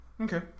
okay